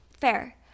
Fair